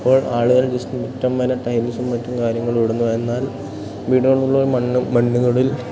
അപ്പോൾ ആളുകൾ ജെസ്റ്റ് മുറ്റം വരെ ടൈൽസും മറ്റും കാര്യങ്ങളും ഇടുന്നു എന്നാൽ വീടുകളുള്ള മണ്ണ് മണ്ണുകളിൽ